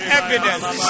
evidence